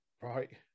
Right